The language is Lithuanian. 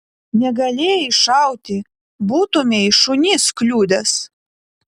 negalėjai šauti būtumei šunis kliudęs